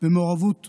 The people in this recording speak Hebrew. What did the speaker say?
שוב במעורבות אוטובו,